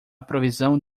previsão